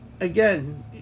again